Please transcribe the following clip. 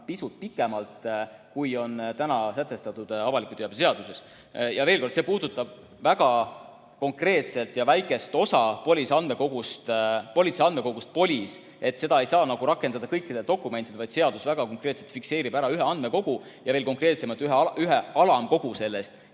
pisut pikemalt, kui on sätestatud avaliku teabe seaduses. Veel kord, see puudutab väga konkreetset ja väikest osa politsei andmekogust POLIS. Seda ei saa rakendada kõikidele dokumentidele, vaid seadus väga konkreetselt fikseerib ära ühe andmekogu ja veel konkreetsemalt ühe alamkogu sellest